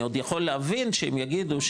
אני עוד יכול להבין שאם יגידו,